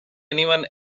anyone